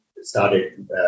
started